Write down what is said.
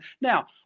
Now